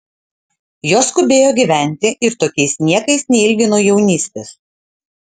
jos skubėjo gyventi ir tokiais niekais neilgino jaunystės